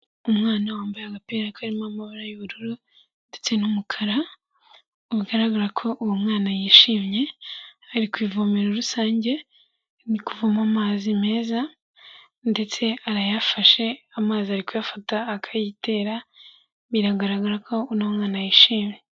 Umwana wambaye agapira karimo amabara y'ubururu ndetse n'umukara, bigaragara ko uwo mwana yishimye ari ku ivomero rusange muvoma amazi meza ndetse arayafashe amazi ari kuyafata akayitera, biragaragara ko uno mwana yishimye.